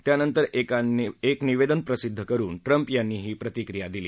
त्यानंतर एक निवेदन प्रसिद्ध करून ट्रम्प यांनी ही प्रतिक्रिया दिली